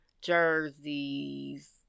jerseys